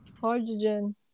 Hydrogen